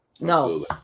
no